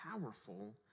powerful